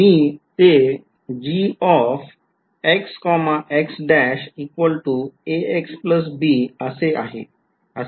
तर मी ते असे आहे हे म्हणू शकतो